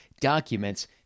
documents